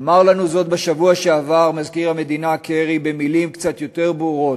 אמר לנו זאת בשבוע שעבר מזכיר המדינה קרי במילים קצת יותר ברורות,